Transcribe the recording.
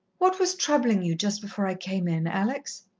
what was troubling you just before i came in, alex?